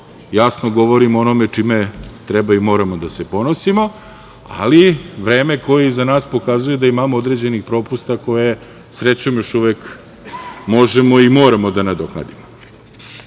jasno govorim o onome čime treba i moramo da se ponosimo, ali vreme koje je iza nas pokazuje da imamo određenih propusta koje srećom još uvek možemo i moramo da nadoknadimo. Pitanje